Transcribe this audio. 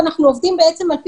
קבוצות הסיכון למחלה כוללות,